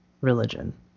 religion